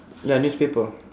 ya newspaper